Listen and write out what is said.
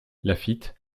laffitte